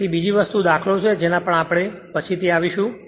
તેથી બીજી વસ્તુ દાખલો છે જેના પર આપણે પછીથી આવીશું